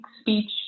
speech